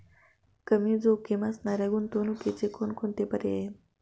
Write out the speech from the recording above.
कमी जोखीम असणाऱ्या गुंतवणुकीचे कोणकोणते पर्याय आहे?